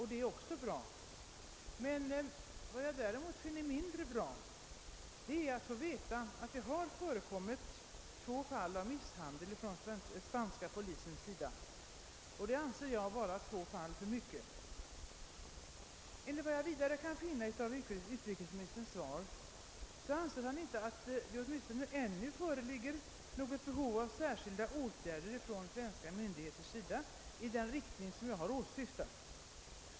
Detta är också bra, men vad jag däremot finner mindre bra är att det förekommit två fall av misshandel också mot svenska medborgare från den spanska polisens sida. Det är två fall för mycket. Enligt vad jag vidare kan finna av svaret anser utrikesministern inte att det åtminstone inte ännu — föreligger behov av några särskilda åtgärder från svenska myndigheter i den riktning som jag åsyftat.